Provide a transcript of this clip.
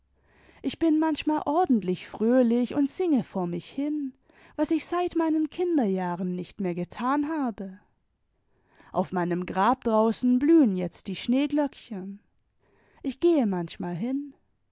ich bin manchmal ordentlich fröhlich und singe vor mich hin was ich seit meinen kinderjahren nicht mehr getan habe auf meinem grab draußen blühen jetzt die schneeglöckchen ich gehe manchmal hin